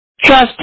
Trust